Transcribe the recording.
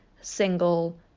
single